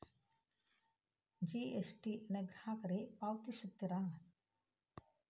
GST ನ ಗ್ರಾಹಕರೇ ಪಾವತಿಸ್ತಾರಾ